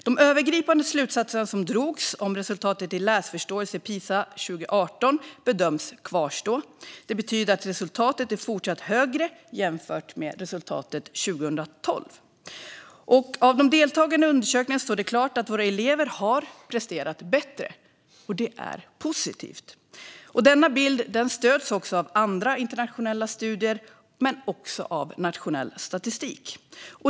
De övergripande slutsatser som drogs om resultatet i fråga om läsförståelse i Pisa 2018 bedöms kvarstå. Det betyder att resultatet fortfarande är högre jämfört med resultatet 2012. Det står klart att de elever som deltagit i undersökningen har presterat bättre, och det är positivt. Denna bild stöds även av andra internationella studier men också av nationell statistik.